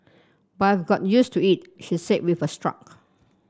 but I've got used to it she said with a struck